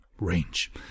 range